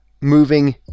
moving